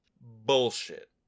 Bullshit